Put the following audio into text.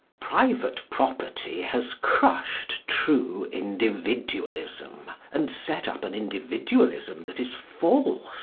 private property has crushed true individualism, and set up an individualism that is false.